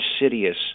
insidious